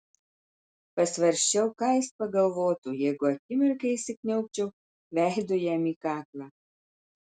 pasvarsčiau ką jis pagalvotų jeigu akimirkai įsikniaubčiau veidu jam į kaklą